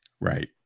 Right